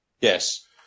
Yes